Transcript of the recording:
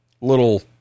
Little